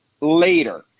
later